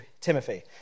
Timothy